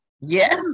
Yes